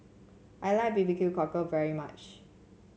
I like Barbecue Cockle very much